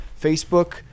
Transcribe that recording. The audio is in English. Facebook